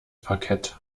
parkett